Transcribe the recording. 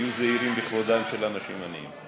היו זהירים בכבודם של אנשים עניים.